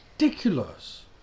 ridiculous